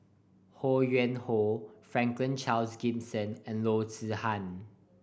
Ho Yuen Hoe Franklin Charles Gimson and Loo Zihan